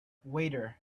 waiter